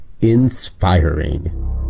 inspiring